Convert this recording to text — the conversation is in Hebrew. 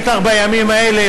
בטח בימים האלה,